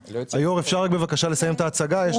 הוא רק רוצה לסיים את ההצגה.